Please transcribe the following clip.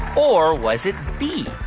or was it b.